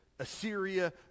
Assyria